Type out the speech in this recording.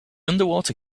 underwater